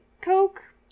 Coke